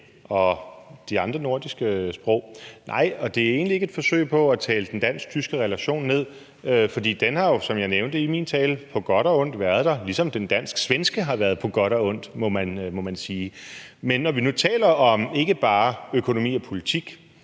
og de andre nordiske sprog. Det er egentlig ikke et forsøg på at tale den dansk-tyske relation ned, for den har jo, som jeg nævnte i min tale, været der på godt og ondt, ligesom den dansk-svenske har været der på godt og ondt, må man sige. Men når nu vi taler om ikke bare økonomi og politik,